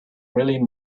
really